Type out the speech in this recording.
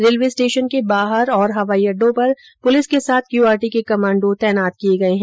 railway station के बाहर और हवाई अड्डे पर पुलिस के साथ क्यूआरटी के कमाण्डो तैनात किए गए हैं